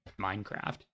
Minecraft